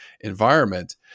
environment